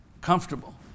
comfortable